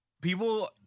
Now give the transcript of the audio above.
people